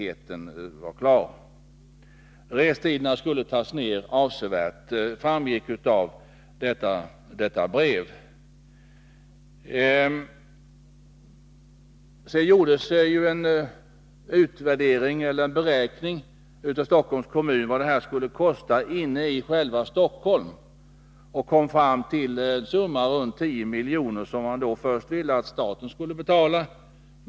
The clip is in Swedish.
Det framgick av det brevet att restiderna avsevärt skulle minska. Stockholms kommun gjorde en beräkning av vad erforderliga åtgärder inne i själva Stockholm skulle kosta och kom fram till en summa runt 10 milj.kr., som man ville att staten skulle betala.